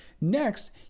next